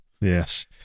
Yes